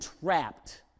trapped